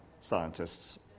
scientists